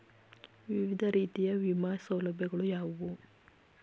ವಿವಿಧ ರೀತಿಯ ವಿಮಾ ಸೌಲಭ್ಯಗಳು ಯಾವುವು?